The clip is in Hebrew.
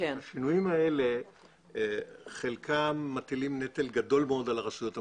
חלק מהשינויים מטילים נטל גדול מאוד על הרשויות המקומיות,